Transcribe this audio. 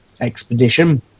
Expedition